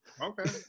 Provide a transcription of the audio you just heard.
Okay